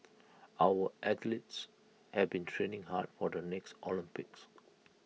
our athletes have been training hard for the next Olympics